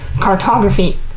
cartography